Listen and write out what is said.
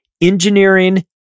engineering